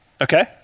Okay